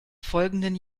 folgenden